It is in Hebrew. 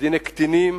בדיני קטינים,